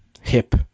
hip